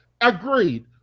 Agreed